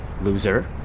loser